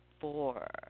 four